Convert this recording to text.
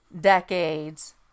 decades